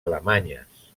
alemanyes